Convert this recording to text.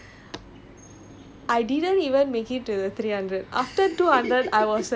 I said fine I can try but ah it's not gonna turn out well lah